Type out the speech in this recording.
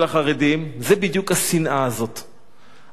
זאת בדיוק השנאה הזאת,